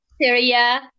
syria